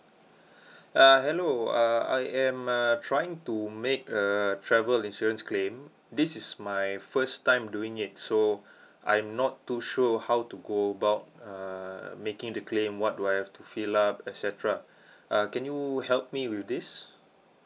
uh hello uh I am uh trying to make a travel insurance claim this is my first time doing it so I'm not too sure how to go about uh making the claim what do I have to fill up et cetera uh can you help me with this